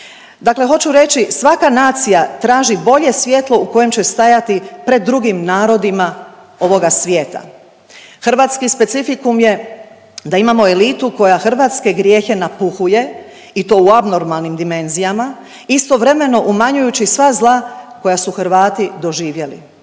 Dakle, hoću reći svaka nacija traži bolje svjetlo u kojem će stajati pred drugim narodima ovoga svijeta. Hrvatski specificum je da imamo elitu koja hrvatske grijehe napuhuje i to u abnormalnim dimenzijama istovremeno umanjujući sva zla koja su Hrvati doživjeli.